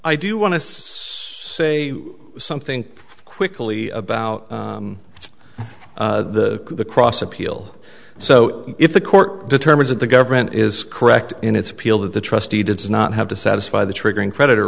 i do want to say something quickly about the the cross appeal so if the court determines that the government is correct in its appeal that the trustee does not have to satisfy the triggering creditor